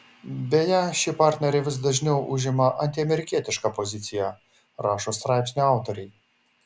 beje ši partnerė vis dažniau užima antiamerikietišką poziciją rašo straipsnių autoriai